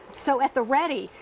so at the ready.